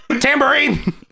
Tambourine